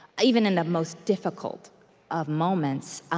even in the most difficult of moments.